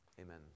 Amen